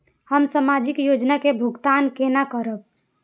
हम सामाजिक योजना के भुगतान केना करब?